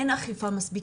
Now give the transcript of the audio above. אין אכיפה מספיק,